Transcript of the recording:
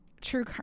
true